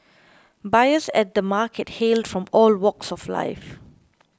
buyers at the markets hailed from all walks of life